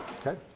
Okay